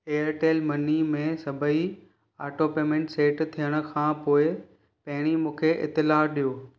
Airtel money में सभई auto payment set थियण खां पोइ पहरियों मूंखे इतलाह ॾियो